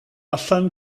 allan